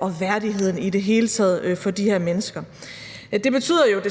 og værdigheden i det hele taget for de her mennesker. Det